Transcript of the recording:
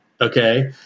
okay